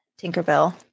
tinkerbell